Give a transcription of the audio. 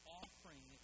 offering